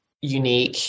unique